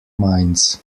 minds